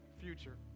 future